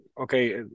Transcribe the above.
okay